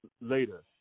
later